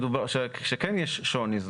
שכן יש שוני,